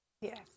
Yes